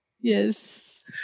Yes